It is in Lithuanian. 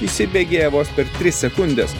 įsibėgėja vos per tris sekundes